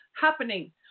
happening